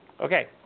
Okay